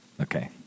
Okay